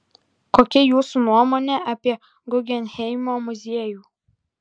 kokia jūsų nuomonė apie guggenheimo muziejų